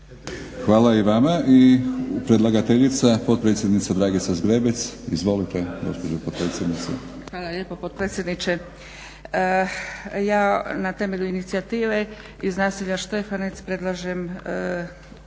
Hvala i vama. I predlagateljica potpredsjednica Dragica Zgrebec. Izvolite gospođo potpredsjednice. **Zgrebec, Dragica (SDP)** Hvala lijepo potpredsjedniče. Ja na temelju inicijative iz naselja Štefanec predlažem